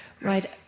right